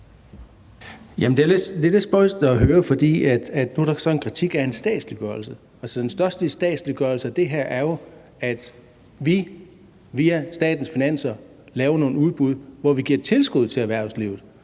det er lidt spøjst at høre, for nu er der så en kritik af en statsliggørelse. Altså, den største statsliggørelse af det her er jo, at vi via statens finanser laver nogle udbud, hvor vi giver et tilskud til erhvervslivet,